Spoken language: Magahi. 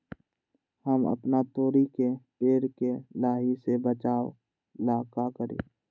हम अपना तोरी के पेड़ के लाही से बचाव ला का करी?